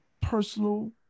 personal